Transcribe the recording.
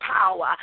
power